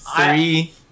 three